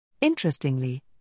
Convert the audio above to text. Interestingly